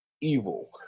evil